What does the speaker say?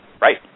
right